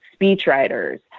speechwriters